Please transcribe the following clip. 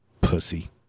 pussy